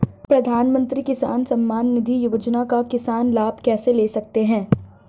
प्रधानमंत्री किसान सम्मान निधि योजना का किसान लाभ कैसे ले सकते हैं?